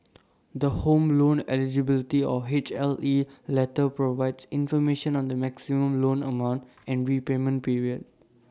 the home loan eligibility or HLE letter provides information on the maximum loan amount and repayment period